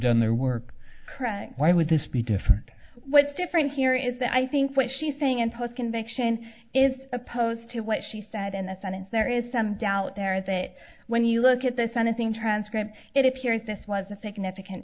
done their work why would this be different what's different here is that i think what she's saying and post conviction is opposed to what she said in that sentence there is some doubt there that when you look at the sentencing transcript it appears this was a significant